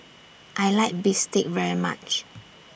I like Bistake very much